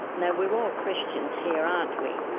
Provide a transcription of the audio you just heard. now, we're all christians here, aren't we.